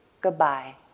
goodbye